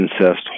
incest